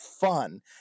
fun